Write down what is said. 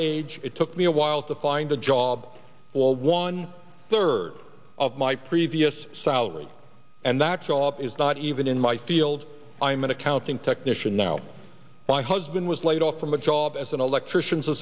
age it took me a while to find a job well one third of my previous salary and that job is not even in my field i am an accounting technician now my husband was laid off from a job as an electrician